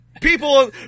People